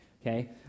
okay